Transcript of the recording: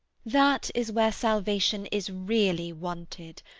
that is where salvation is really wanted.